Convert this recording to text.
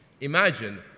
Imagine